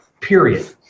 period